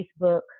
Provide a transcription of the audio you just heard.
Facebook